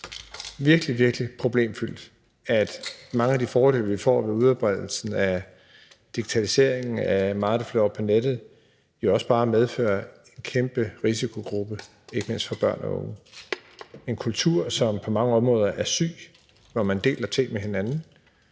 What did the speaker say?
virkelig, virkelig problemfyldt, at mange af de fordele, vi får med udbredelsen af digitaliseringen og med, at meget flyttes over på nettet, også bare medfører en kæmpe risiko for ikke mindst børn og unge. Det er en kultur, som på mange områder er syg, og hvor man deler ting med hinanden,